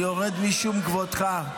אני יורד משום כבודך,